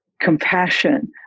compassion